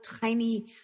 tiny